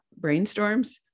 brainstorms